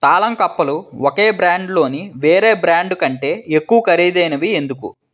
తాళంకప్పలు ఒకే బ్రాండ్లోని వేరే బ్రాండు కంటే ఎక్కువ ఖరీదైనవి ఎందుకు